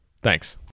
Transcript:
thanks